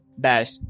dash